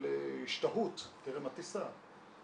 של השתהות טרם הטיסה.